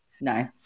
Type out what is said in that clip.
no